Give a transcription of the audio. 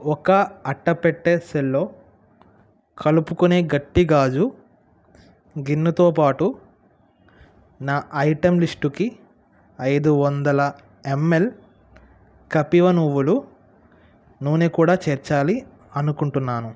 ఒక్క అట్టపెట్టె సెలో కలుపుకునే గట్టి గాజు గిన్నెతో పాటు నా ఐటెం లిస్టుకి ఐదు వందల ఎంఎల్ కపీవ నువ్వుల నూనె కూడా చేర్చాలి అనుకుంటున్నాను